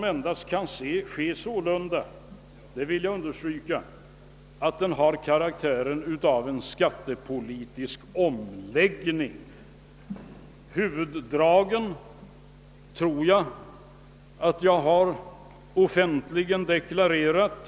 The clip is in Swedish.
Denna kan endast — det vill jag understryka — ha karaktären av en skattepolitisk omläggning. Huvuddragen tror jag att jag har offentligt dekla rerat.